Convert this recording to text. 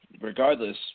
regardless